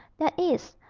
that is.